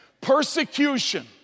persecution